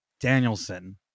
Danielson